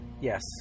yes